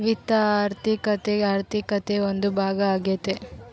ವಿತ್ತ ಆರ್ಥಿಕತೆ ಆರ್ಥಿಕತೆ ಒಂದು ಭಾಗ ಆಗ್ಯತೆ